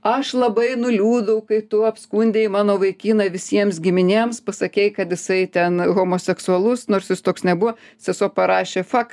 aš labai nuliūdau kai tu apskundei mano vaikiną visiems giminėms pasakei kad jisai ten homoseksualus nors jis toks nebuvo sesuo parašė fak